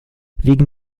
wegen